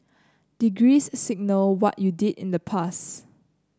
degrees signal what you did in the past